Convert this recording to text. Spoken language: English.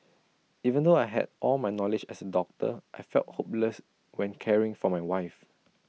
even though I had all my knowledge as A doctor I felt hopeless when caring for my wife